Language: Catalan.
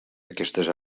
aquestes